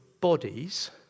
bodies